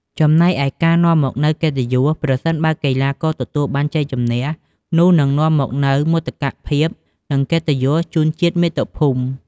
ចំណែកការនាំមកនូវកិត្តិយស ប្រសិនបើកីឡាករទទួលបានជ័យជម្នះ នោះនឹងនាំមកនូវមោទកភាព និងកិត្តិយសជូនជាតិមាតុភូមិ។